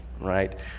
right